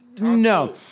No